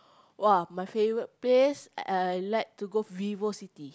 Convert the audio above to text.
!wah! my favorite place I like to go Vivo-City